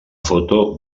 foto